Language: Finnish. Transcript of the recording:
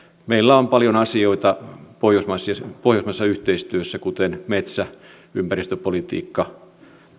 meillä on paljon asioita pohjoismaisessa pohjoismaisessa yhteistyössä kuten metsä ympäristöpolitiikka